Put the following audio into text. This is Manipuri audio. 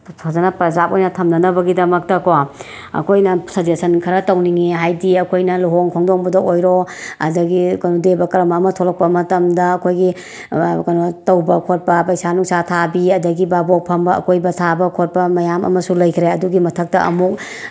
ꯐꯖꯅ ꯄ꯭ꯔꯖꯥꯞ ꯑꯣꯏꯅ ꯊꯝꯅꯕꯒꯤꯗꯃꯛꯇꯀꯣ ꯑꯩꯈꯣꯏꯅ ꯁꯖꯦꯁꯟ ꯈꯔ ꯇꯧꯅꯤꯡꯏ ꯍꯥꯏꯗꯤ ꯑꯩꯈꯣꯏꯅ ꯂꯨꯍꯣꯡ ꯈꯣꯡꯗꯣꯡꯕꯗ ꯑꯣꯏꯔꯣ ꯑꯗꯒꯤ ꯗꯦꯕ ꯀ꯭ꯔꯃ ꯑꯃ ꯊꯣꯛꯂꯛꯄ ꯃꯇꯝꯗ ꯑꯩꯈꯣꯏꯒꯤ ꯀꯅꯣ ꯇꯧꯕ ꯈꯣꯠꯄ ꯄꯩꯁꯥ ꯅꯨꯡꯁꯥ ꯊꯥꯕꯤ ꯑꯗꯒꯤ ꯕꯥꯕꯣꯛ ꯐꯝꯕ ꯑꯀꯣꯏꯕ ꯊꯥꯕ ꯈꯣꯠꯄ ꯃꯌꯥꯝ ꯑꯃꯁꯨ ꯂꯩꯈ꯭ꯔꯦ ꯑꯗꯨꯒꯤ ꯃꯊꯛꯇ ꯑꯃꯨꯛ